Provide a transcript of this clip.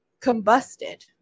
combusted